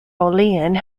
olean